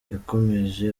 yakomeje